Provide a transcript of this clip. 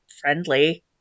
friendly